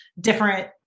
different